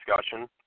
discussion